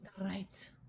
Right